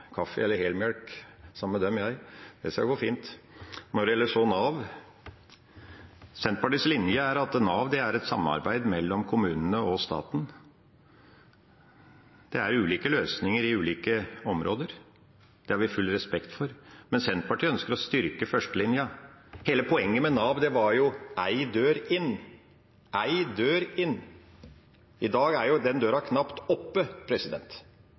eller et glass helmelk sammen med dem. Det skal gå fint. Når det gjelder Nav, er Senterpartiets linje at Nav er et samarbeid mellom kommunene og staten. Det er ulike løsninger i ulike områder. Det har vi full respekt for, men Senterpartiet ønsker å styrke førstelinja. Hele poenget med Nav var jo én dør inn. I dag er den døra knapt